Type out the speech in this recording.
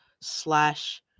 slash